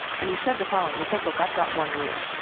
and he said the following. he said, look, i've got one rule.